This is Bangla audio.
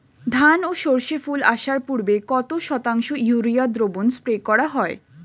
ধান ও সর্ষে ফুল আসার পূর্বে কত শতাংশ ইউরিয়া দ্রবণ স্প্রে করা হয়?